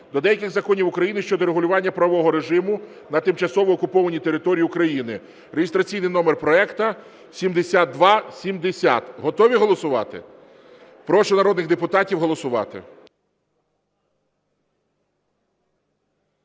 до деяких законів України щодо регулювання правового режиму та тимчасово окупованій території України (реєстраційний номер проекту 7270). Готові голосувати? Прошу народних депутатів голосувати.